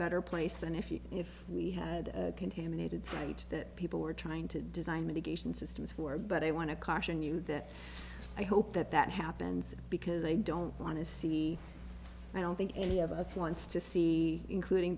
better place than if you if we had contaminated sites that people were trying to design mitigation systems for but i want to caution you that i hope that that happens because they don't want to see i don't think any of us wants to see including